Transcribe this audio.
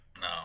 no